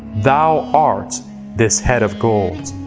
thou art this head of gold.